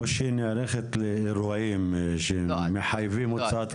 או שהיא נערכת לאירועים שהם מחייבים הוצאת כסף?